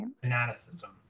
fanaticism